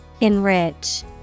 Enrich